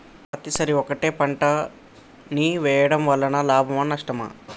పత్తి సరి ఒకటే పంట ని వేయడం వలన లాభమా నష్టమా?